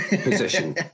position